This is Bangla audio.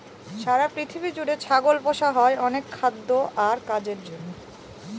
সারা পৃথিবী জুড়ে ছাগল পোষা হয় অনেক খাদ্য আর কাজের জন্য